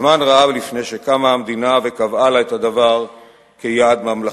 זמן רב לפני שקמה המדינה וקבעה לה את הדבר כיעד ממלכתי.